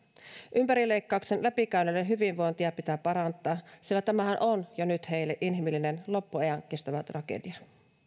ympärileikkauksen läpikäyneiden hyvinvointia pitää parantaa sillä tämähän on jo nyt heille inhimillinen loppuajan kestävä tragedia